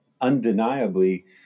undeniably